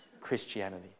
Christianity